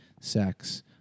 sex